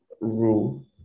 rule